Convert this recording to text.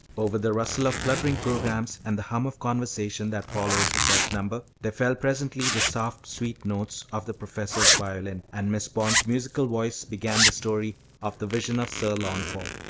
over the rustle of fluttering programmes and the hum of conversation that followed the first number, there fell presently the soft, sweet notes of the professor's violin, and miss bond's musical voice began the story of the vision of sir launfal.